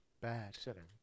Bad